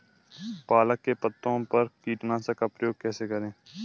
पालक के पत्तों पर कीटनाशक का प्रयोग कैसे करें?